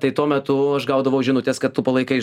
tai tuo metu aš gaudavau žinutes kad tu palaikai